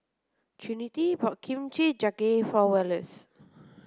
Trinity bought Kimchi Jjigae for Wallace